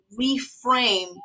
reframe